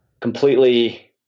completely